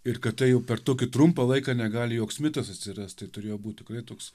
ir kad tai jau per tokį trumpą laiką negali joks mitas atsirast tai turėjo būt tikrai toks